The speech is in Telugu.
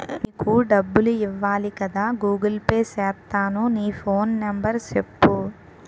నీకు డబ్బులు ఇవ్వాలి కదా గూగుల్ పే సేత్తాను నీ ఫోన్ నెంబర్ సెప్పు